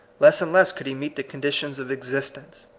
less and less could he meet the conditions of existence.